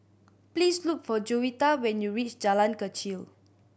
please look for Jovita when you reach Jalan Kechil